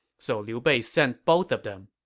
so liu bei sent both of them.